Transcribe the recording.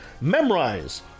Memorize